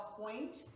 point